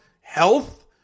health